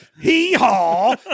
Hee-haw